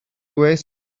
waste